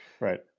right